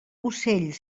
ocell